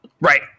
right